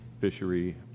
fishery